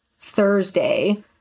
Thursday